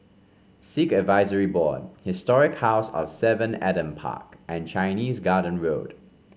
Sikh Advisory Board Historic House of Seven Adam Park and Chinese Garden Road